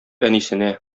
әнисенә